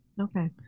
Okay